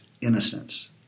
innocence